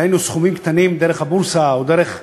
דהיינו סכומים קטנים דרך הבורסה או בדרך אחרת,